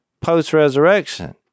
post-resurrection